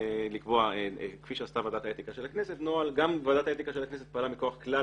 גם ועדת האתיקה של הכנסת פעלה מכוח כלל